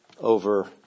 over